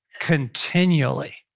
Continually